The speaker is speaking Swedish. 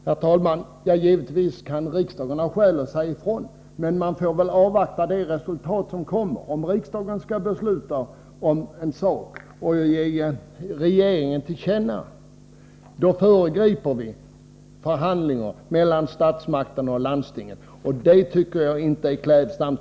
Herr talman! Givetvis kan riksdagen ha skäl att säga ifrån, men man får väl avvakta det resultat som kommer. Om riksdagen beslutar i frågan och ger regeringen detta till känna, föregriper vi förhandlingar mellan statsmakterna och landstinget. Det tycker jag inte vore klädsamt.